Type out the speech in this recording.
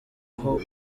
aho